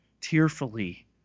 tearfully